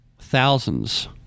thousands